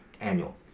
annual